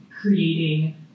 creating